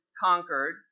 conquered